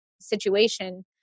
situation